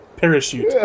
parachute